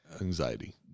anxiety